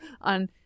on